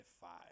five